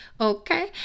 okay